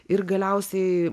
ir galiausiai